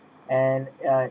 and uh